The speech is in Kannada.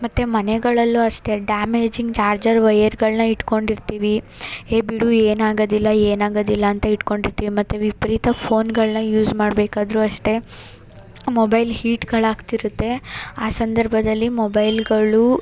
ಮತ್ತು ಮನೆಗಳಲ್ಲು ಅಷ್ಟೇ ಡ್ಯಾಮೇಜಿಂಗ್ ಚಾರ್ಜರ್ ವೈಯರ್ಗಳನ್ನ ಇಟ್ಕೊಂಡಿರ್ತೀವಿ ಹೇ ಬಿಡು ಏನಾಗದಿಲ್ಲ ಏನಾಗದಿಲ್ಲ ಏನಾಗದಿಲ್ಲ ಅಂತ ಇಟ್ಕೊಂಡಿರ್ತೀವಿ ಮತ್ತು ವಿಪರೀತ ಫೋನ್ಗಳನ್ನ ಯೂಸ್ ಮಾಡ್ಬೇಕಾದರು ಅಷ್ಟೇ ಮೊಬೈಲ್ ಹೀಟ್ಗಳು ಆಗ್ತಿರುತ್ತೆ ಆ ಸಂದರ್ಭದಲ್ಲಿ ಮೊಬೈಲ್ಗಳು